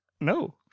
No